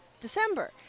december